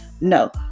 No